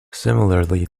similarly